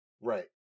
right